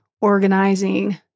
organizing